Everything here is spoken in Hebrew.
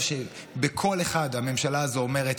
שבקול אחד הממשלה הזו אומרת: